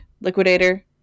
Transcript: Liquidator